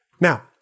Now